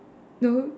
no